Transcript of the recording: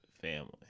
family